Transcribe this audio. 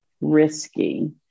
risky